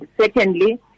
secondly